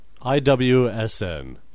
IWSN